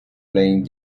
playing